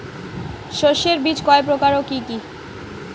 শস্যের বীজ কয় প্রকার ও কি কি?